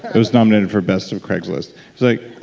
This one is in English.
it was nominated for best of craigslist like,